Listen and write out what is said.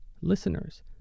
listeners